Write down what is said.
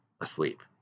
asleep